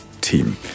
team